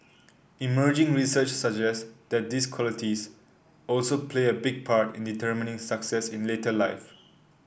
emerging research suggests that these qualities also play a big part in determining success in later life